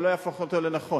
זה לא יהפוך אותו לנכון.